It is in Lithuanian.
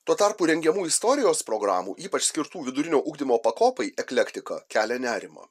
tuo tarpu rengiamų istorijos programų ypač skirtų vidurinio ugdymo pakopai eklektika kelia nerimą